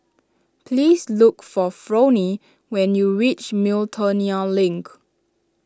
please look for Fronnie when you reach Miltonia Link